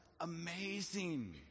amazing